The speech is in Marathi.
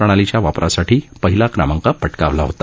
प्रणालीच्या वापरासाठी पहिला क्रमांक पटकावला होता